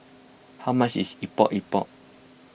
how much is Epok Epok